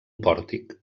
pòrtic